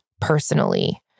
personally